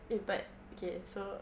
eh but okay so